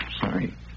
Sorry